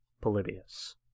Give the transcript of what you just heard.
Polybius